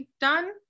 done